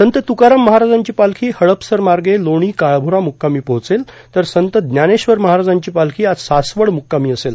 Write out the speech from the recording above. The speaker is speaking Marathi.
संत त्रकाराम महाराजांची पालखी हडपसर मार्गे लोणी काळभोरा मुक्कामी पोहोचेल तर संत ज्ञानेश्वर महाराजांची पालखी आज सासवड मुक्कामी असेल